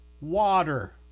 water